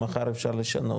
מחר אפשר לשנות,